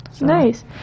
Nice